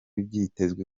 byitezwe